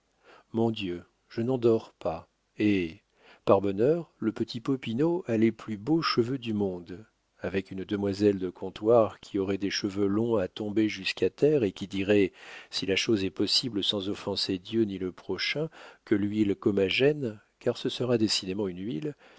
mon dieu je n'en dors pas eh par bonheur le petit popinot a les plus beaux cheveux du monde avec une demoiselle de comptoir qui aurait des cheveux longs à tomber jusqu'à terre et qui dirait si la chose est possible sans offenser dieu ni le prochain que l'huile comagène car ce sera décidément une huile